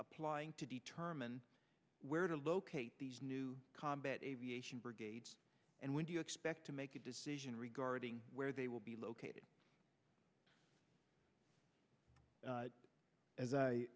applying to determine where to locate these new combat aviation brigade and when do you expect to make a decision regarding where they will be located